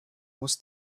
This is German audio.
muss